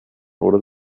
oder